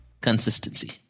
Consistency